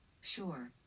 Sure